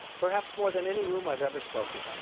perhaps more than any room i've ever spoken to.